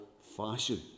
fashion